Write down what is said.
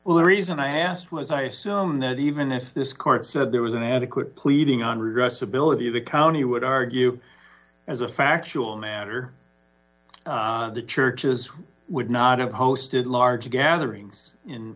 well the reason i asked was i assume that even if this court said there was an adequate pleading on redress ability the county would argue as a factual matter the churches would not have hosted large gatherings in